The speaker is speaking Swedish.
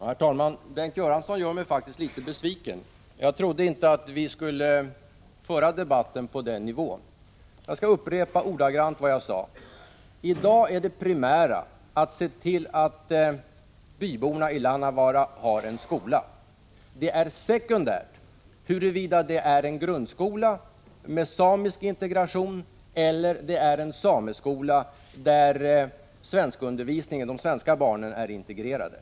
Herr talman! Bengt Göransson gör mig faktiskt litet besviken. Jag trodde inte att vi skulle föra debatten på den nivån. Jag skall upprepa ordagrant vad jag sade: I dag är det primära att se till att byborna i Lannavaara har en skola. Det är sekundärt huruvida det är en grundskola med samisk integration eller en sameskola där de svenska barnen är integrerade.